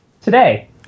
Today